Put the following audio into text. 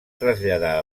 traslladar